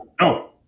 no